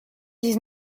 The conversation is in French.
dix